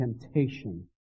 temptation